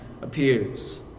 appears